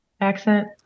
accent